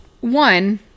One